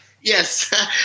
yes